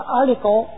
article